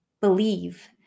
believe